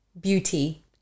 beauty